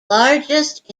largest